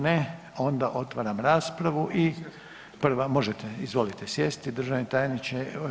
Ne, onda otvaram raspravu i prva, možete izvolite sjesti državni tajniče.